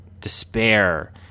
despair